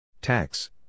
Tax